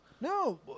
No